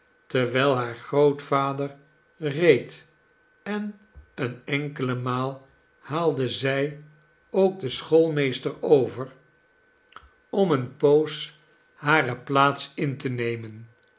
terwijl haar grootvader reed en eene enkele maal haalde zij ook den schoolmeester over een rustplaatsje om eene poos hare plaats in te nemen